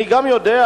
אני גם יודע,